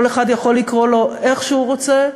כל אחד יכול לקרוא לזה איך שהוא רוצה,